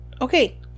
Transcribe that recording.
Okay